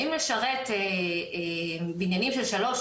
אם לשרת בניינים של 3,